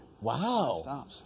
Wow